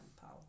power